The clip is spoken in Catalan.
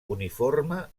uniforme